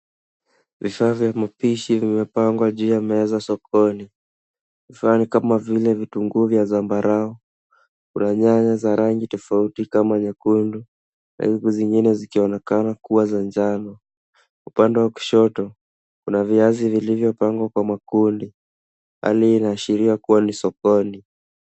Vifaa vya mapishi vimepangwa juu ya meza sokoni. Vifaa ni kama vile vitunguu vya sambarau, kuna nyanya za rangi tofauti kama nyekundu na nyanya zingine zikionekana kua za njano. Upande wa kushoto kuna viazi vilivyopangwa kwa makundi hali inaashiria kua ni sokoni.